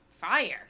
fire